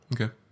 Okay